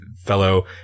fellow